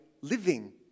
living